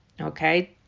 okay